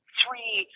three